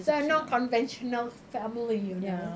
so non conventional family you know